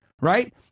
right